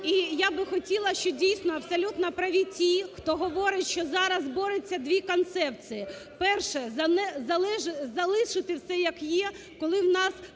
І я би хотіла, що дійсно абсолютно праві ті, хто говорить, що зараз борються дві концепції. Перша. Залишити все як є, коли в нас